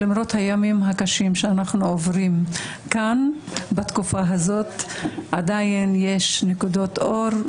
למרות הימים הקשים שאנחנו עוברים כאן בתקופה הזאת עדיין יש נקודות אור,